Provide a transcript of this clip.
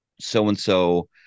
so-and-so